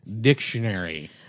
dictionary